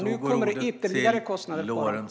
Nu kommer ytterligare kostnader på dem.